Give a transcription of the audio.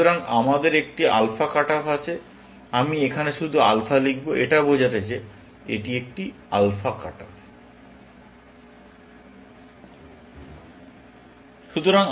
সুতরাং আমাদের একটি আলফা কাট অফ আছে আমি এখানে শুধু আলফা লিখব এটা বোঝাতে যে এটি একটি আলফা কাট অফ